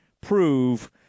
prove